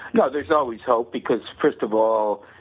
but there is always hope, because first of all,